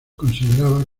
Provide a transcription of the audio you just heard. consideraba